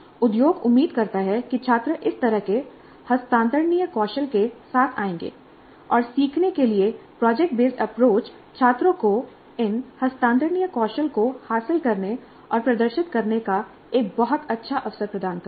उद्योग उम्मीद करता है कि छात्र इस तरह के हस्तांतरणीय कौशल के साथ आएंगे और सीखने के लिए प्रोजेक्ट बेस्ड अप्रोच छात्रों को इन हस्तांतरणीय कौशल को हासिल करने और प्रदर्शित करने का एक बहुत अच्छा अवसर प्रदान करता है